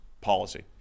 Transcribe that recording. policy